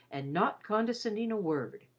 and not condescending a word.